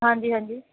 ਹਾਂਜੀ ਹਾਂਜੀ